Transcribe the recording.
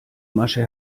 masche